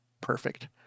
perfect